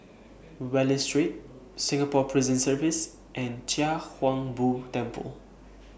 Wallich Street Singapore Prison Service and Chia Hung Boo Temple